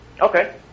Okay